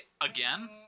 again